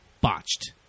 botched